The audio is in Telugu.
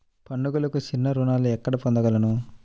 పండుగలకు చిన్న రుణాలు ఎక్కడ పొందగలను?